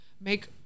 Make